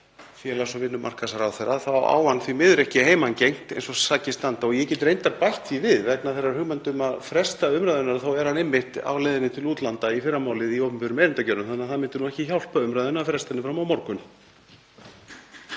félags- og vinnumarkaðsráðherra, þá á hann því miður ekki heimangengt eins og sakir standa. Ég get reyndar bætt því við, vegna þeirrar hugmyndar að fresta umræðunni, að þá er hann einmitt á leiðinni til útlanda í fyrramálið í opinberum erindagjörðum. Þannig að það myndi nú ekki hjálpa umræðunni að fresta henni fram á morgun.